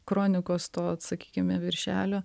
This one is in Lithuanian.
kronikos to vat sakykime viršelio